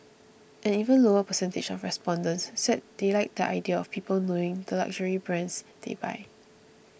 an even lower percentage of respondents said they like the idea of people knowing the luxury brands they buy